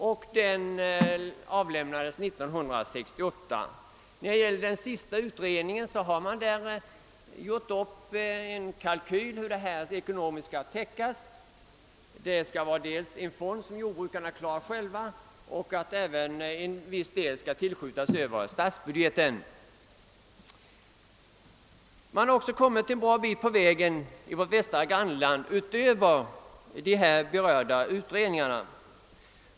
Utredningen avlämnade sitt betänkande 1968. Den senare utredningen har också gjort upp en ekonomisk kalkyl över hur kostnaderna skulle täckas: jordbrukarna skulle själva klara en del och en viss del skulle tillskjutas via statsbudgeten. I vårt västra grannland har man också kommit en bra bit på väg utöver de här berörda utredningarna.